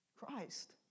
Christ